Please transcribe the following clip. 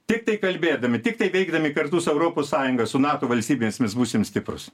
tiktai kalbėdami tiktai veikdami kartu su europos sąjunga su nato valstybėmis mes būsim stiprūs